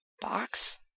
Box